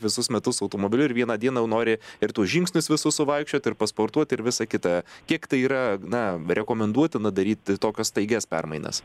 visus metus automobiliu ir vieną dieną jau nori ir tuos žingsnius visus suvaikščiot ir pasportuot ir visa kita kiek tai yra na rekomenduotina daryt tokias staigias permainas